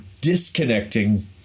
disconnecting